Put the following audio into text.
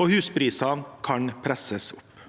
og husprisene kan presses opp.